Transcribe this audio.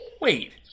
Wait